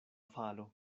falo